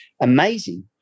amazing